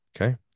Okay